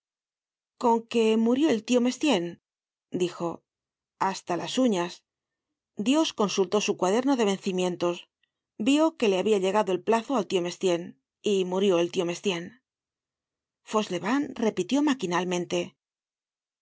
cofi que murió el tio mestienne dijo hasta las uñas dios consultó su cuaderno de vencimientos vió que le habia llegado el plazo al tio mestienne y murió el tio mestienne fauchelevent repitió maquinalmente